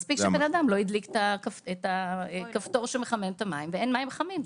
מספיק שבן אדם לא הדליק את הכפתור שמחמם את המים ואין מים חמים.